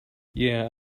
yeah